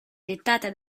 dettata